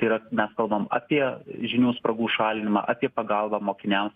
tai yra mes kalbam apie žinių spragų šalinimą apie pagalbą mokiniams